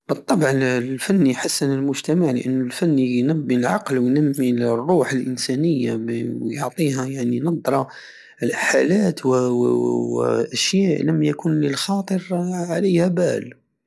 بالطبع الفن اليحسن المجتمع لانو الفن ينمي العقل وينمي الروح الانسانية يعطيها يعني ندرة الحالات والشئ لم يكن للخاطر عليها بال